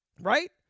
right